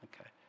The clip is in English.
okay